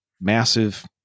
massive